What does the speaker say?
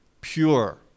pure